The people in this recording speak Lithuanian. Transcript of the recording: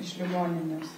iš ligoninės